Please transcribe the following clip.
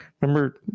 Remember